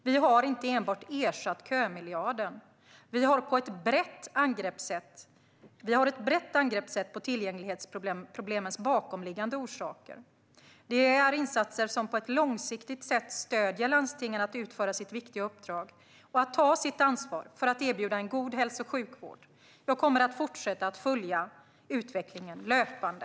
Vi har inte enbart ersatt kömiljarden - vi har ett brett angreppssätt på tillgänglighetsproblemens bakomliggande orsaker. Det är insatser som på ett långsiktigt sätt stöder landstingen att utföra sitt viktiga uppdrag och att ta sitt ansvar för att erbjuda en god hälso och sjukvård. Jag kommer att fortsätta att följa utvecklingen löpande.